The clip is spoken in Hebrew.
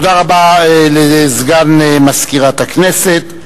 תודה רבה לסגן מזכירת הכנסת.